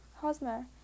Hosmer